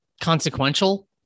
consequential